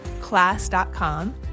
class.com